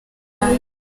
izindi